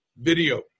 video